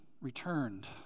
returned